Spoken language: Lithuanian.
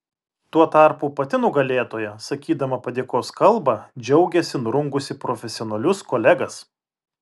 tuo tarpu pati nugalėtoja sakydama padėkos kalbą džiaugėsi nurungusi profesionalius kolegas